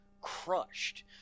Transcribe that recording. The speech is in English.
crushed